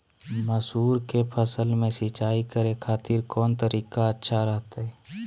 मसूर के फसल में सिंचाई करे खातिर कौन तरीका अच्छा रहतय?